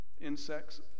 insects